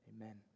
amen